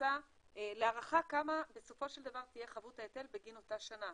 שנעשה להערכה כמה בסופו של דבר תהיה חבות ההיטל בגין אותה שנה.